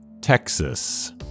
Texas